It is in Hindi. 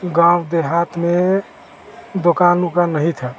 गाँव देहात में दुकान ओकान नहीं था